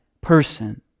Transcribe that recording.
person